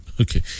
Okay